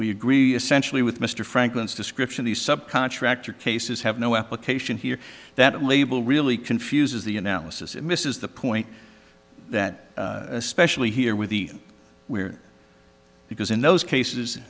we agree essentially with mr franklin's description the subcontractor cases have no application here that label really confuses the analysis it misses the point that especially here with the weird because in those cases